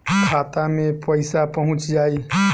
खाता मे पईसा पहुंच जाई